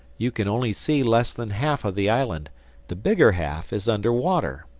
you can only see less than half of the island the bigger half is under water.